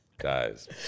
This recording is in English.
Guys